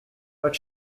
but